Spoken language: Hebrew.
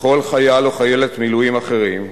וכל חייל וחיילת מילואים אחרים,